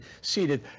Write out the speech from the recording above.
seated